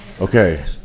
Okay